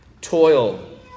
Toil